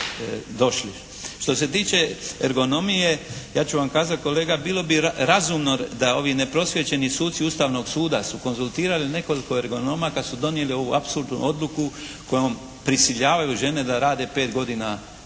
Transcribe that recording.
Što se tiče ergonomije ja ću vam kazati kolega bilo bi razumno da ovi neprosvijećeni suci Ustavnog suda su konzultirali nekoliko ergonoma kad su donijeli ovu apsurdnu odluku kojom prisiljavaju žene da rade pet godina dulje.